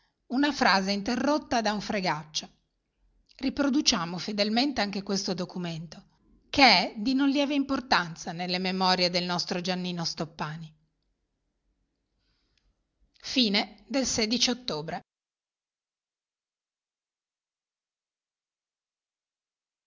una frase interrotta da un fregaccio riproduciamo fedelmente anche questo documento che è di non lieve importanza nelle memorie del nostro iannino toppani ottobre